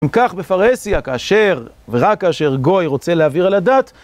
אם כך בפרסיה, כאשר ורק כאשר גוי רוצה להעביר על הדת